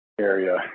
area